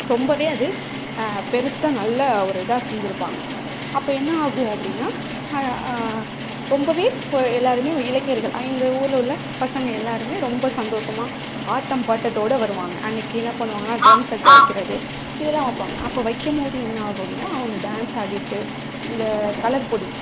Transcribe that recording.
ரொம்பவே அது பெருசாக நல்ல ஒரு இதாக செஞ்சுருப்பாங்க அப்போ என்ன ஆகும் அப்படின்னா ரொம்பவே ஒரு எல்லாருமே இளைஞர்கள் எங்கள் ஊரில் உள்ள பசங்க எல்லாருமே ரொம்ப சந்தோஸமாக ஆட்டம் பாட்டத்தோட வருவாங்க அன்னைக்கு என்ன பண்ணுவாங்கன்னா ட்ரம் செட் வைக்கிறது இதெல்லாம் வைப்பாங்க அப்போ வைக்கும்போது என்ன ஆகும் அப்படின்னா அவங்க டான்ஸ் ஆடிகிட்டு அந்த கலர் பொடி